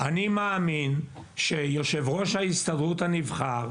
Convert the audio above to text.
אני מאמין שיושב ראש ההסתדרות הנבחר,